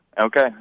Okay